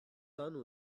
son